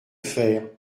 faire